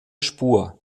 spur